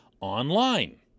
online